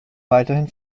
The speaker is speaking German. weiterhin